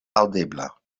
aŭdebla